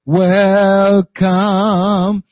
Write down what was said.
welcome